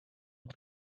auf